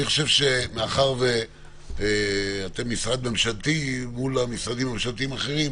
אני חושב שמאחר שאתם משרד ממשלתי מול המשרדים הממשלתיים האחרים,